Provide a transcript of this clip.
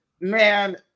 man